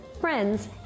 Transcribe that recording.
friends